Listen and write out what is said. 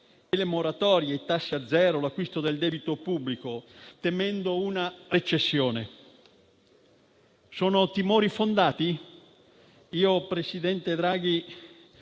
di moratorie, dei tassi a zero e di acquisto del debito pubblico, temendo una recessione. Sono timori fondati? Io, presidente Draghi,